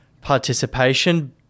participation